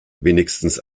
wenigstens